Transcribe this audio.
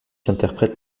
interprète